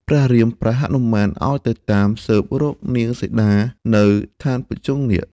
ព្រះរាមប្រើហនុមាន ឱ្យតាមទៅស៊ើបរកនាងសីតានៅឋានភុជុង្គនាគ។